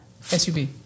SUV